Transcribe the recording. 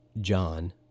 John